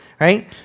right